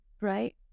right